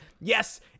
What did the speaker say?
Yes